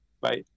Bye